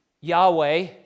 Yahweh